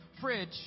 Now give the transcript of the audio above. fridge